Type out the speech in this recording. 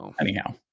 anyhow